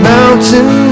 Mountain